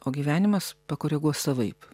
o gyvenimas pakoreguos savaip